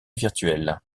virtuelle